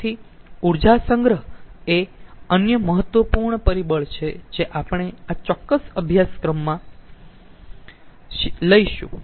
તેથી ઊર્જા સંગ્રહ એ અન્ય મહત્વપૂર્ણ પરીબળ છે જે આપણે આ ચોક્કસ અભ્યાસક્રમમાં લઈશું